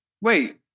Wait